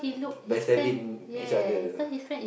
backstabbing each other